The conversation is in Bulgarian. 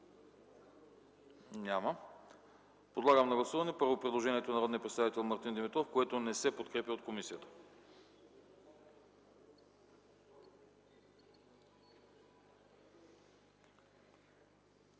Няма. Подлагам на гласуване предложението на народния представител Мартин Димитров, което не се подкрепя от комисията.